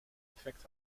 effect